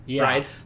right